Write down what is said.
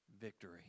Victory